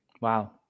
Wow